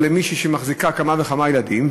או למישהי שמחזיקה כמה וכמה ילדים.